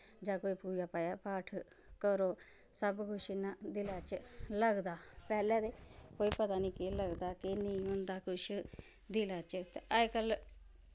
जां कोई पूजा पाजा पाठ करो सब कुछ इयां दिलै च लगदा पैह्लै ते कोई पता नी केह् लगदा केह् नेंई होंदा कुछ दिलै च ते अजकल